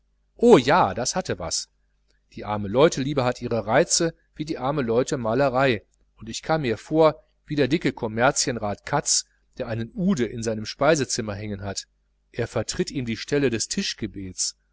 oh ja es hatte was die armeleutliebe hat ihre reize wie die armeleutmalerei und ich kam mir vor wie der dicke commerzienrat katz der einen uhde in seinem speisezimmer hängen hat er vertritt ihm die stelle des